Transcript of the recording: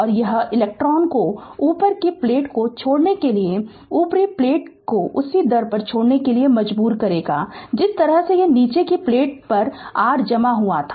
और यह इलेक्ट्रॉनों को ऊपरी प्लेट को छोड़ने के लिए ऊपरी प्लेट को उसी दर पर छोड़ने के लिए मजबूर करेगा जिस तरह से यह नीचे की प्लेट पर r पर जमा हुआ था